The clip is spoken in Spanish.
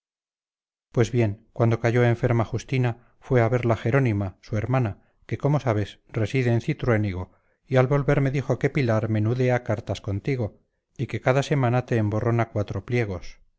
pues bien cuando cayó enferma justina fue a verla jerónima su hermana que como sabes reside en cintruénigo y al volver me dijo que pilar menudea cartas contigo y que cada semana te emborrona cuatro pliegos